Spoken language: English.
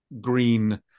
green